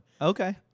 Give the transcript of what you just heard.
Okay